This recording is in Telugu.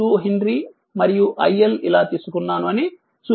2 హెన్రీ మరియు iL ఇలా తీసుకున్నాను అని చూపిస్తున్నాను